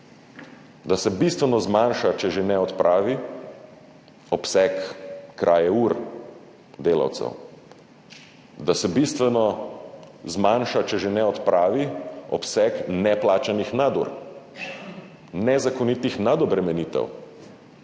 Da se bistveno zmanjša, če že ne odpravi, obseg kraje ur delavcev. Da se bistveno zmanjša, če že ne odpravi, obseg neplačanih nadur, nezakonitih nadobremenitev.